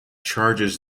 charges